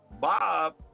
Bob